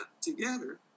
together